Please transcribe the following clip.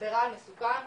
ברעל מסוכן,